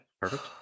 perfect